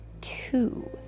two